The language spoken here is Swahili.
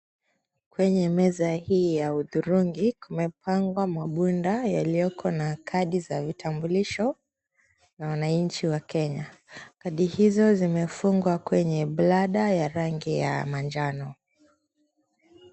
Kwenye meza hii ya hudhurungi kumepangwa mabunda yalioko na kadi za vitambulisho na wananchi wa Kenya. Kadi hizo zimefungwa kwenye bladder ya rangi ya manjano.